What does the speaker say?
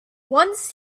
once